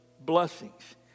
blessings